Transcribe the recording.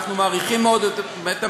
אנחנו מעריכים מאוד את בית-המשפט,